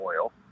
oil